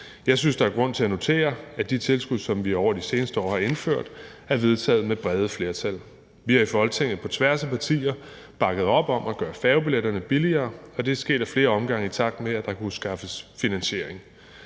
Jeg synes, der er grund til at notere, at de tilskud, som vi over de seneste år har indført, er vedtaget med brede flertal. Vi har i Folketinget på tværs af partier bakket op om at gøre færgebilletterne billigere, og det er sket ad flere omgange, i takt med at der kunne skaffes finansiering.